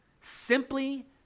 simply